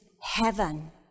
heaven